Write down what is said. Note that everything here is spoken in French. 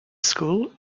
school